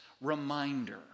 reminder